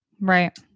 Right